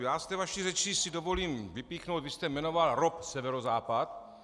Já z té vaší řeči si dovolím vypíchnout vy jste jmenoval ROP Severozápad.